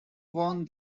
won